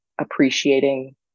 appreciating